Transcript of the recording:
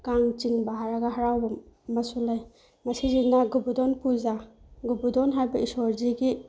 ꯀꯥꯡ ꯆꯤꯡꯕ ꯍꯥꯏꯔꯒ ꯍꯔꯥꯎꯕ ꯑꯃꯁꯨ ꯂꯩ ꯃꯁꯤꯁꯤꯅ ꯒꯣꯕꯔꯙꯟ ꯄꯨꯖꯥ ꯒꯣꯕꯔꯙꯟ ꯍꯥꯏꯕ ꯏꯁꯣꯔꯁꯤꯒꯤ